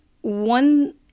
one